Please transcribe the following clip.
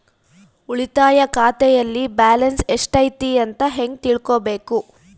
ಉಳಿತಾಯ ಖಾತೆಯಲ್ಲಿ ಬ್ಯಾಲೆನ್ಸ್ ಎಷ್ಟೈತಿ ಅಂತ ಹೆಂಗ ತಿಳ್ಕೊಬೇಕು?